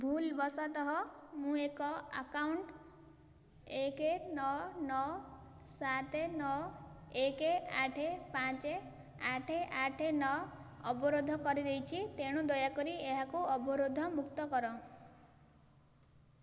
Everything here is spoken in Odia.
ଭୁଲ ବଶତଃ ମୁଁ ଏକ ଆକାଉଣ୍ଟ ଏକ ନଅ ନଅ ସାତ ନଅ ଏକ ଆଠ ପାଞ୍ଚ ଆଠ ଆଠ ନଅ ଅବରୋଧ କରିଦେଇଛି ତେଣୁ ଦୟାକରି ଏହାକୁ ଅବରୋଧମୁକ୍ତ କର